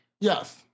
Yes